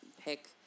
pick